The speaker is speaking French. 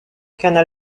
canal